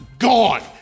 Gone